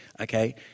Okay